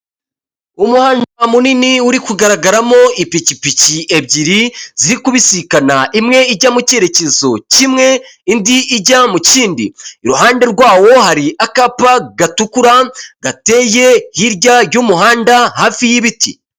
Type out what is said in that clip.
Umuhanzi munini uri kugaragaramo ipikipiki ebyiri ziri kubisikana, imwe ijya mu cyerekezo kimwe, indi ijya mu kindi. Iruhande rwawo hari akapa gatukura, gateye hirya y'umuhanda, hafi y'ibiti.